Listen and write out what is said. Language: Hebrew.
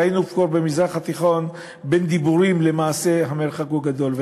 ראינו כבר במזרח התיכון שבין דיבורים למעשה המרחק גדול.